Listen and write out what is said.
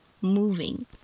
moving